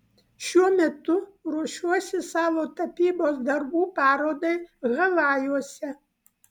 šiuo metu ruošiuosi savo tapybos darbų parodai havajuose